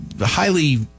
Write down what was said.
highly